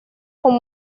con